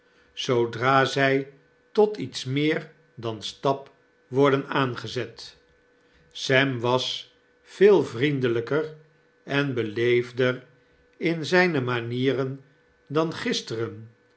zoodra zij tot iets meer dan stap worden aangezet sem was veel vriendelijker en beleefder in zyne manieren dan gisteren